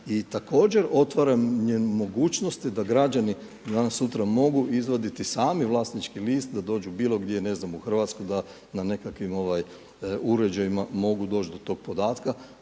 i također otvaranje mogućnosti da građani danas sutra mogu izvaditi sami vlasnički list da dođu bilo gdje u Hrvatsku da nekakvim uređajima mogu doći do tog podatka,